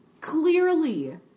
Clearly